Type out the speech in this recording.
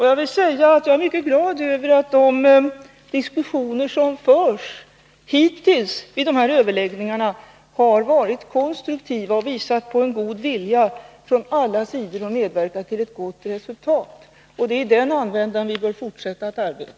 Jag vill säga att jag är mycket glad över att de diskussioner som förts hittills ide här överläggningarna har varit konstruktiva och visat på en god vilja från alla parter att medverka till ett gott resultat. Det är i den andan vi bör fortsätta att arbeta.